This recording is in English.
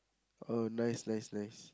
oh nice nice nice